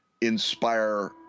inspire